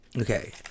Okay